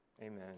Amen